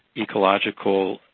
ecological,